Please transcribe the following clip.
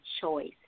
choice